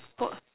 what